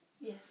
Yes